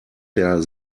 der